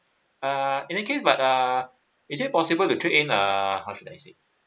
uh in that case but uh is it possible to trade in uh okay I see